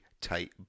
tight